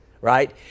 right